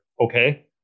okay